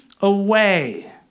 away